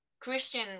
Christian